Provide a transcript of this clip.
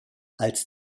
als